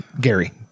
Gary